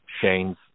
Shane's